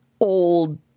old